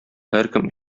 һәркем